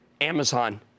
Amazon